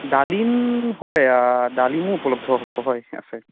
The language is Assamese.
ডালিম হয় ডালিমো উপলব্ধ হ'ব হয় আছে